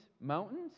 mountains